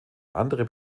andere